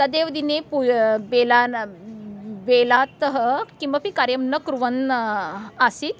तदेव दिने पु बेलाना बेलातः किमपि कार्यं न कुर्वन् आसीत्